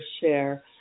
share